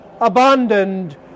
abandoned